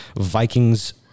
Vikings